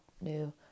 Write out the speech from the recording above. new